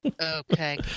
Okay